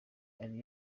ari